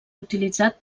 utilitzat